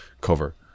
cover